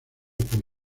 póstumo